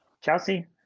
Chelsea